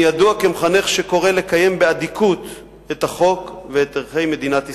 אני ידוע כמחנך שקורא לקיים באדיקות את החוק ואת ערכי מדינת ישראל,